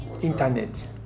internet